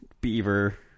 beaver